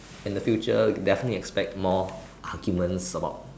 in the future definitely expect more arguments about